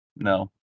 no